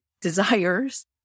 desires